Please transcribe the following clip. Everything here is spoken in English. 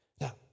Now